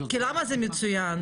למה זה מצוין?